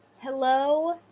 hello